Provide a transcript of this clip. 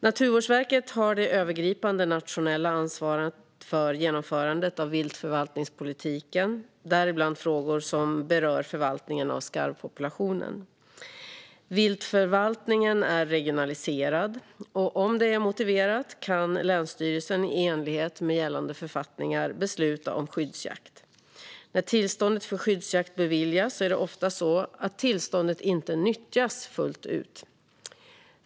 Naturvårdsverket har det övergripande nationella ansvaret för genomförandet av viltförvaltningspolitiken, däribland frågor som berör förvaltningen av skarvpopulationen. Viltförvaltningen är regionaliserad, och om det är motiverat kan länsstyrelsen i enlighet med gällande författningar besluta om skyddsjakt. När tillstånd till skyddsjakt beviljats är det ofta så att tillståndet inte nyttjas fullt ut.